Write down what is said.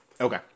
Okay